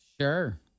Sure